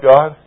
God